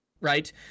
right